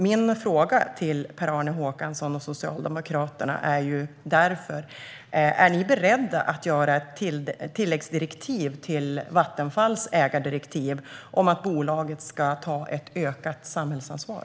Min fråga till Per-Arne Håkansson och Socialdemokraterna är därför: Är ni beredda att göra ett tillägg till Vattenfalls ägardirektiv om att bolaget ska ta ett ökat samhällsansvar?